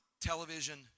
television